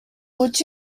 would